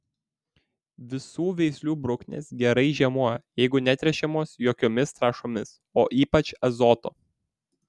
visų veislių bruknės gerai žiemoja jeigu netręšiamos jokiomis trąšomis o ypač azoto